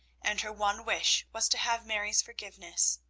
and her one wish was to have mary's forgiveness.